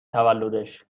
تولدش